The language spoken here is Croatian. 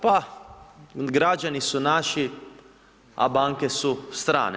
Pa građani su naši, a banke su strane.